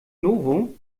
novo